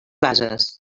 bases